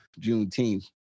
Juneteenth